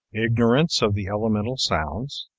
ignorance of the elemental sounds